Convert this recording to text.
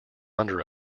under